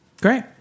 Great